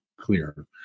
clear